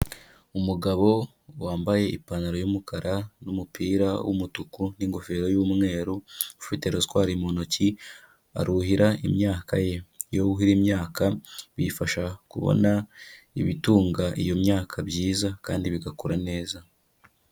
Umugabo wambaye ipantaro y'umukara n'umupira w'umutuku n'ingofero y'umweru, ufite rozwari mu ntoki, aruhira imyaka ye. Iyo wuhira imyaka biyifasha kubona ibitunga iyo myaka byiza, kandi bigakura neza.